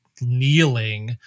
kneeling